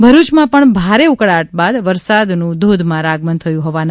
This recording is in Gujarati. ભરુચમાં પણ ભારે ઉકળાટ બાદ વરસાદનું ધોધમાર આગમન થયું હોવાના અહેવાલ છે